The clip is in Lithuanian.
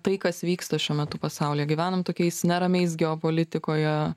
tai kas vyksta šiuo metu pasaulyje gyvenam tokiais neramiais geopolitikoje